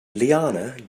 leanne